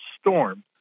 Storm